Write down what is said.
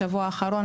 בשבוע האחרון,